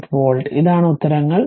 38 volt ഇതാണ് ഉത്തരങ്ങൾ